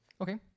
Okay